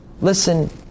listen